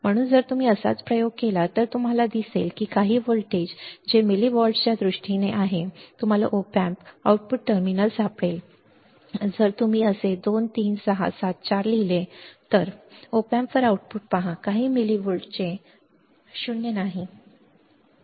म्हणून जर तुम्ही असाच प्रयोग केला तर तुम्हाला दिसेल की काही व्होल्टेज जे मिलिवॉल्ट्सच्या दृष्टीने आहे तुम्हाला op amp राईटचे आउटपुट टर्मिनल सापडेल जर तुम्ही असे 2 3 6 7 4 लिहिले तर बरोबर op amp वर आउटपुट पहा काही मिलिव्होल्टचे परंतु 0 नाही परंतु 0 नाही